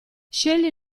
scegli